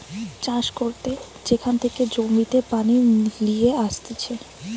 চাষ করতে যেখান থেকে জমিতে পানি লিয়ে আসতিছে